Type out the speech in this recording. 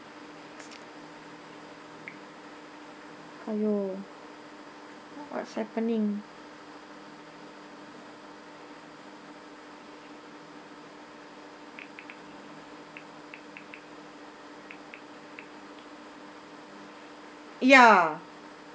!aiyo! what what's happening ya